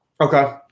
okay